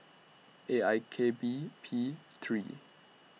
A I K B P three